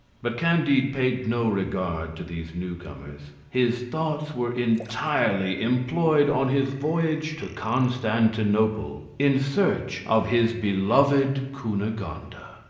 but candide paid no regard to these newcomers, his thoughts were entirely employed on his voyage to constantinople, in search of his beloved cunegonde.